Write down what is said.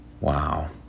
wow